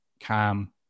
calm